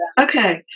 okay